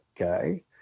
okay